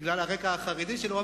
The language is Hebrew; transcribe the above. בגלל הרקע החרדי שלו.